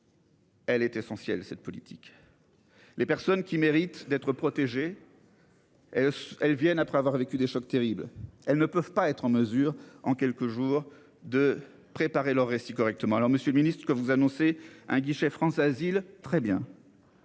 Elle est essentielle. Cette politique. Les personnes qui méritent d'être protégés.-- Et elles viennent après avoir vécu des chocs terrible. Elles ne peuvent pas être en mesure en quelques jours de préparer leur récit correctement. Alors Monsieur le Ministre, que vous annoncez un guichet France asile très bien.--